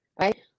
right